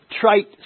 trite